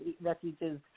Refuges